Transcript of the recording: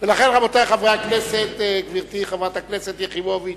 רבותי חברי הכנסת, גברתי חברת הכנסת יחימוביץ,